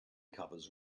covers